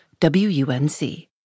WUNC